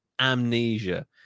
Amnesia